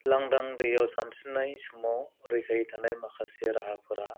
लांदां दैआव सानस्रिनाय सामाव रेहाय थानाय माखासे राहाफ्रा